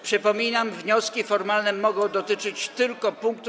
Przypominam, wnioski formalne mogą dotyczyć tylko punktów.